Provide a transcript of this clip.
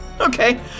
Okay